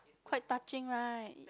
quite touching right